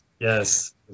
Yes